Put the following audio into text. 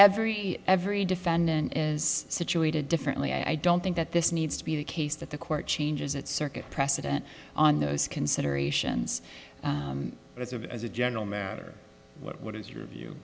every every defendant is situated differently i don't think that this needs to be a case that the court changes at circuit precedent on those considerations as of as a general matter what is your view